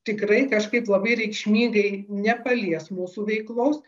tikrai kažkaip labai reikšmingai nepalies mūsų veiklos